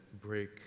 break